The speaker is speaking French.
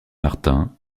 martin